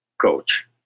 coach